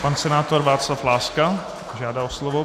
Pan senátor Václav Láska žádá o slovo.